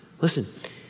Listen